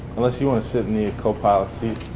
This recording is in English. unless you want to sit in the copilot seat?